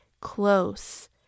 close